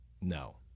No